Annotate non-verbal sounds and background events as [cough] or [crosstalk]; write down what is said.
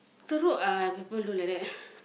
terok ah people do like that [breath]